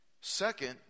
Second